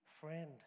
Friend